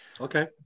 Okay